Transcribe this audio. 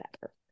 better